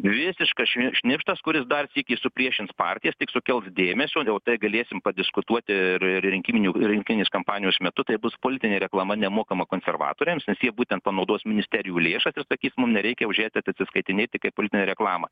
visiškas šnipštas kuris dar sykį supriešins partijas tik sukels dėmesio dėl to galėsim padiskutuoti ir ir rinkiminių rinktinės kampanijos metu tai bus politinė reklama nemokama konservatoriams nes jie būtent panaudos ministerijų lėšas ir sakys mum nereikia už jas atsiskaitinėti kaip politinę reklamą